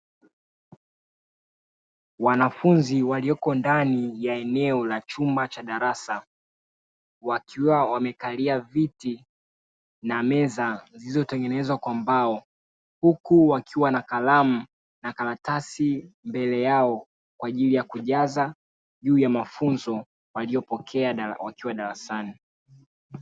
Wanafunzi walioko ndani ya eneo la chumba cha darasa wakiwa wamekalia viti na meza zilizotengenezwa kwa mbao huku wakiwa na karamu na karatasi mbele yao kwa ajili ya kujaza juu ya mafunzo waliopokea wakiwa darasani.